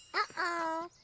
oh,